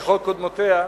ככל קודמותיה,